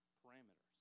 parameters